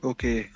Okay